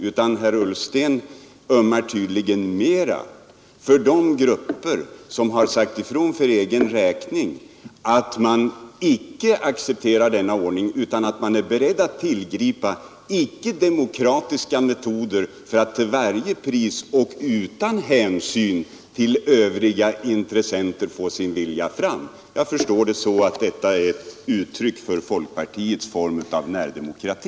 Herr Ullsten ömmar tydligen mera för de grupper som har sagt ifrån att man icke accepterar denna ordning utan att man är beredd att tillgripa icke demokratiska metoder för att till varje pris och utan hänsyn till övriga intressen få sin vilja fram. Jag förstår det så att detta är ett uttryck för folkpartiets form av närdemokrati.